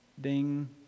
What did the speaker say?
ding